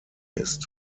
ist